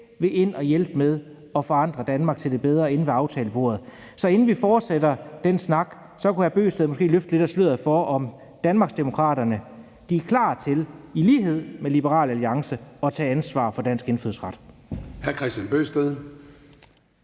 vil ind og hjælpe med at forandre Danmark til det bedre inde ved forhandlingsbordet. Så inden vi fortsætter den snak, kunne hr. Kristian Bøgsted måske løfte lidt af sløret for, om Danmarksdemokraterne er klar til i lighed med Liberal Alliance at tage ansvar for dansk indfødsret.